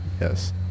Yes